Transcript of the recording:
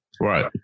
Right